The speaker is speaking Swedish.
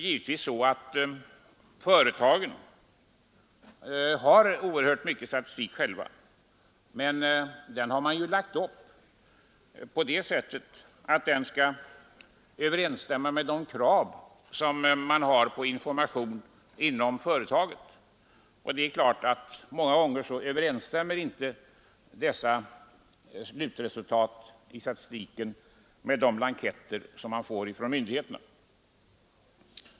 Givetvis har företagen själva oerhört mycket statistik, men den har lagts upp på det sättet att den skall överensstämma med kraven på information inom företaget. Många gånger överensstämmer naturligtvis inte dessa slutresultat i statistiken med de blanketter man får från myndigheterna.